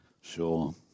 Sure